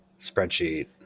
spreadsheet